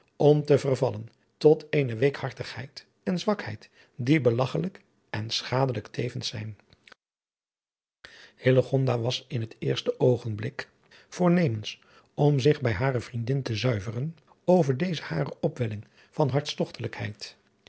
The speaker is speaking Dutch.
om te vervallen tot eene weekhartigheid en zwakheid die belagchelijk en schadelijk tevens zijn hillegonda was in het eerste oogenblik voornemens om zich bij hare vriendin te zuiveren over deze hare opwelling van